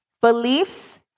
beliefs